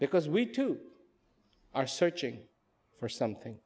because we too are searching for something